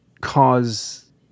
cause